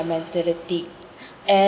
their mentality and